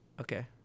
Okay